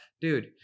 dude